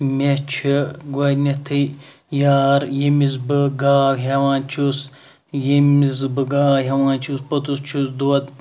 مےٚ چھِ گۄنیٚتھے یار یٔمِس بہٕ گاو ہیٚوان چھُس یٔمِس بہٕ گاو ہیٚوان چھُس پوٚتُس چھُس دۄد